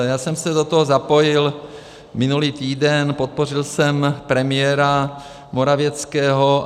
Já jsem se do toho zapojil minulý týden, podpořil jsem premiéra Morawieckého.